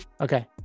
Okay